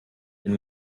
den